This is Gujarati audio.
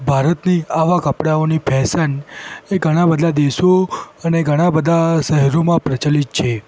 ભારતની આવા કપડાઓની ફૅશન એ ઘણા બધા દેશો અને ઘણાં બધા શહેરોમાં પ્રચલિત છે